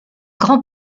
grand